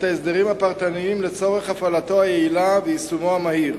את ההסדרים הפרטניים לצורך הפעלתו היעילה ויישומו המהיר.